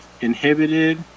inhibited